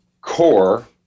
core